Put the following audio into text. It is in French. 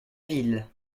ville